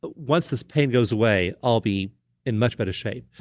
but once this pain goes away, i'll be in much better shape,